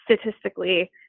statistically